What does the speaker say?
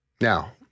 Now